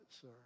sir